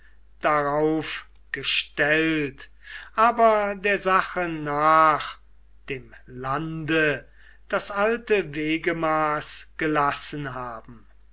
darauf gestellt aber der sache nach dem lande das alte wegemaß gelassen haben